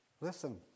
Listen